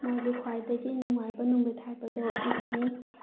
ꯃꯣꯏꯒꯤ ꯈ꯭ꯋꯥꯏꯗꯒꯤ ꯅꯨꯡꯉꯥꯏꯕ ꯅꯨꯃꯤꯠ ꯍꯥꯏꯕꯗꯣ ꯏꯠꯅꯤ